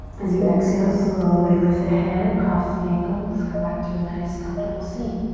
as you exhale, slowly lift the head, cross the ankles, come back to a nice, comfortable seat.